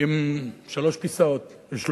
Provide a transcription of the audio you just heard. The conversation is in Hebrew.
עם שלושה כיסאות.